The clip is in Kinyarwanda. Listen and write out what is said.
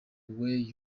way